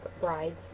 brides